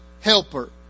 Helper